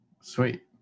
sweet